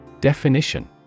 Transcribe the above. Definition